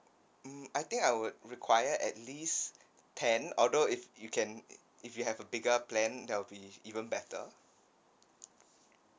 mm I think I would require at least ten although if you can if you have a bigger plan that'll be even better